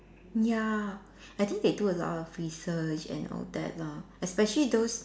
ya I think they do a lot of research and all that lah especially those